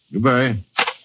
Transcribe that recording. Goodbye